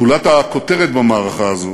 גולת הכותרת במערכה הזו